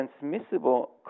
transmissible